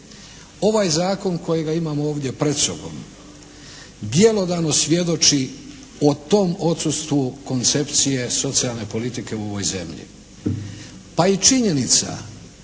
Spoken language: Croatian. Ovaj zakon kojega imamo ovdje pred sobom, bjelodano svjedoči o tom odsustvu koncepcije socijalne politike u ovoj zemlji. Pa i činjenica